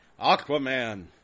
Aquaman